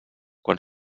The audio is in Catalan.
quan